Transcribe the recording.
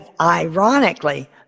ironically